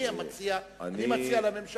אני מציע לממשלה,